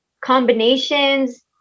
combinations